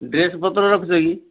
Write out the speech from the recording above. dress ପତର ରଖୁଛ କି